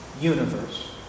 universe